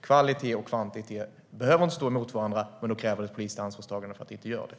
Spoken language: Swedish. Kvalitet och kvantitet behöver inte stå emot varandra, men det krävs ett politiskt ansvarstagande för att de inte ska göra det.